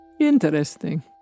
Interesting